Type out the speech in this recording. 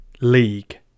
League